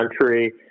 country